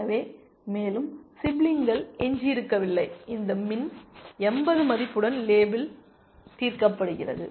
எனவே மேலும் சிப்லிங்கள் எஞ்சியிருக்கவில்லை இந்த மின் 80 மதிப்புடன் லேபிள் தீர்க்கப்படுகிறது